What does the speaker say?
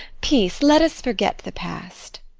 peace! let us forget the past.